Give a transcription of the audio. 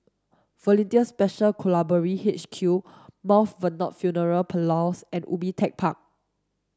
Volunteer Special Constabulary H Q Mt Vernon Funeral Parlours and Ubi Tech Park